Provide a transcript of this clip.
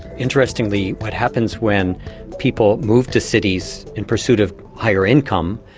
interestingly, what happens when people move to cities in pursuit of higher income,